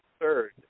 third